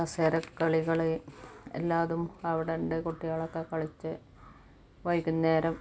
കസേര കളികള് എല്ലാതും അവിടെയുണ്ട് കുട്ടികളൊക്കെ കളിച്ച് വൈകുന്നേരം